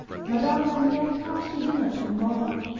madame daniel comes to dinner to-morrow